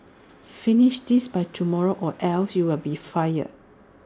finish this by tomorrow or else you'll be fired